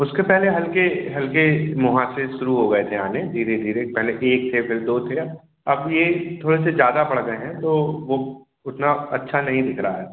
उसके पहले हल्के हल्के मुहासे शुरू हो गए थे आने धीरे धीरे पहले एक थे फिर दो थे अब यह थोडा सा ज़्यादा बढ़ गए हैं तो वह उतना अच्छा नहीं दिख रहा है